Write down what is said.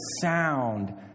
sound